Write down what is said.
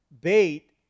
bait